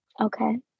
okay